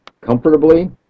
comfortably